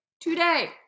today